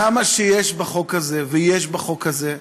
כמה שיש בחוק הזה, ויש בחוק הזה,